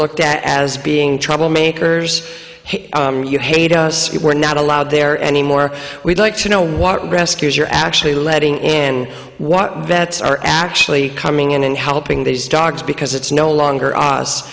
looked at as being troublemakers you hate us we're not allowed there anymore we'd like to know what rescues you're actually letting in what vets are actually coming in and helping these dogs because it's no longer us